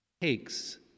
takes